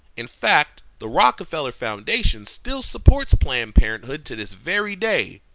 in fact, the rockefeller foundation still supports planned parenthood to this very day.